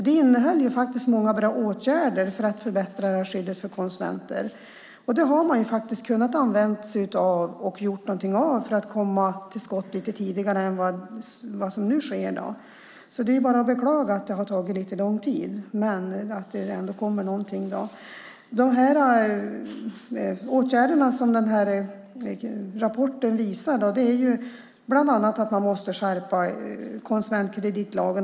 Det innehåller många bra åtgärder för att förbättra det här skyddet för konsumenter. Detta hade man faktiskt kunnat använda sig av och kunnat göra någonting av för att komma till skott lite tidigare än vad man nu gör. Det är bara att beklaga att det har tagit lite lång tid. Men nu kommer det ändå någonting. Åtgärderna i den här rapporten handlar bland annat om att man måste skärpa konsumentkreditlagen.